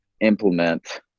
implement